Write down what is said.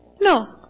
No